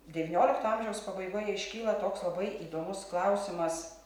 devyniolikto amžiaus pabaigoje iškyla toks labai įdomus klausimas